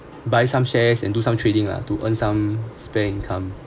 buy some shares and do some trading lah to earn some spare income